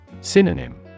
Synonym